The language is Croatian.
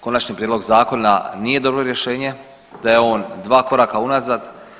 Konačni prijedlog zakona nije dobro rješenje, da je on dva koraka unazad.